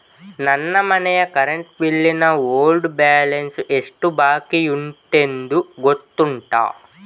ನನ್ನ ಮನೆಯ current bill ನ ಓಲ್ಡ್ ಬ್ಯಾಲೆನ್ಸ್ ಎಷ್ಟು ಬಾಕಿಯುಂಟೆಂದು ಗೊತ್ತುಂಟ?